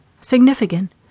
Significant